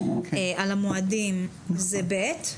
על המועדים זה ב'.